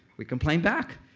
we complain back.